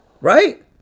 Right